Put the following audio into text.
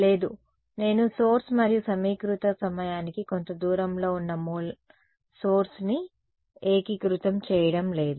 లేదు నేను సోర్స్ మరియు సమీకృత సమయానికి కొంత దూరంలో ఉన్న సోర్స్ ని ఏకీకృతం చేయడం లేదు